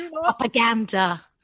propaganda